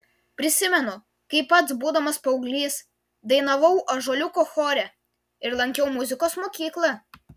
prisimenu kaip pats būdamas paauglys dainavau ąžuoliuko chore ir lankiau muzikos mokyklą